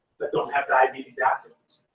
but don't have diabetes aferwards.